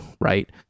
right